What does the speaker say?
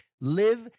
live